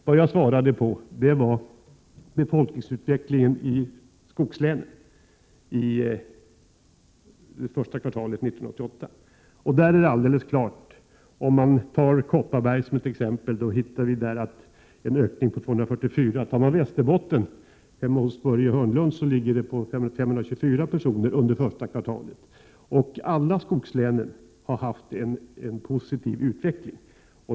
Vad jag tog upp var befolkningsutvecklingen i skogslänen första kvartalet 1988. Kopparbergs län noterade en ökning med 244, och i Västerbottens län, hemma hos Börje Hörnlund, blev ökningen 524 personer under första kvartalet. Alla skogslän har haft en positiv utveckling.